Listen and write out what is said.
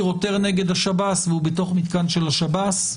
עותר כנגד השב"ס והוא בתוך מתקן של השב"ס.